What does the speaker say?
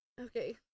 okay